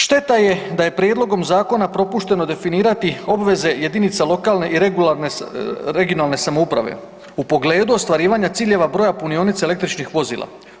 Šteta je da je prijedlogom zakona propušteno definirati obveze jedinica lokalne i regionalne samouprave u pogledu ostvarivanja ciljeva broja punionica električnih vozila.